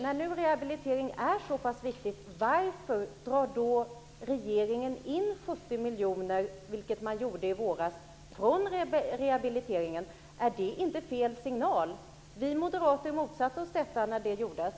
När nu rehabilitering är så pass viktigt, varför drar då regeringen in 70 miljoner, vilket den gjorde i våras, från rehabiliteringen? Är inte det fel signal? Vi moderater motsatte oss detta när det gjordes.